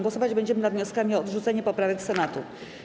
Głosować będziemy nad wnioskami o odrzucenie poprawek Senatu.